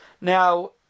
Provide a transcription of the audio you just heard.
Now